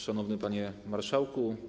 Szanowny Panie Marszałku!